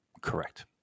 Correct